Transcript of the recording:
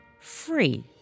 free